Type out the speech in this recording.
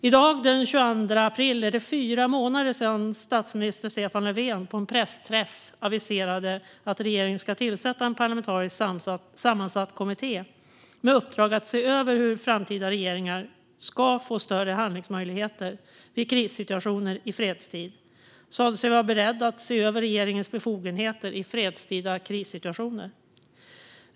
I dag, den 22 april, är det fyra månader sedan statsminister Stefan Löfven på en pressträff aviserade att regeringen ska tillsätta en parlamentariskt sammansatt kommitté med uppdrag att se över hur framtida regeringar ska få större handlingsmöjligheter vid krissituationer i fredstid. Han sa sig vara beredd att se över regeringens befogenheter i fredstida krissituationer.